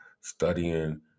studying